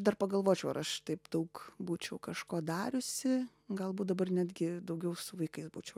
dar pagalvočiau ar aš taip daug būčiau kažko dariusi galbūt dabar netgi daugiau su vaikais būčiau